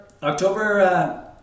October